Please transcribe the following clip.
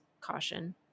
caution